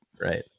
Right